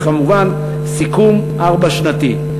וכמובן סיכום ארבע שנתי.